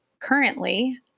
currently